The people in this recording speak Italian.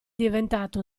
diventato